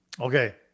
Okay